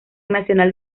nacional